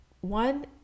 one